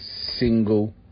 single